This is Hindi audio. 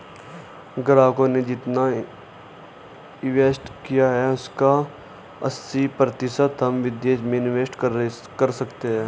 ग्राहकों ने जितना इंवेस्ट किया है उसका अस्सी प्रतिशत हम विदेश में इंवेस्ट कर सकते हैं